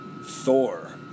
Thor